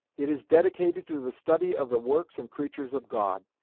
it is dedicated to the study of the works and creatures of god.